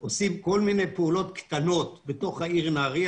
אנחנו עושים כל מיני פעולות קטנות בתוך העיר נהריה